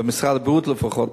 במשרד הבריאות לפחות,